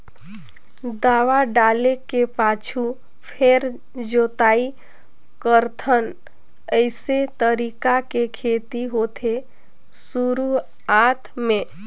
दवा डाले के पाछू फेर जोताई करथन अइसे तरीका के खेती होथे शुरूआत में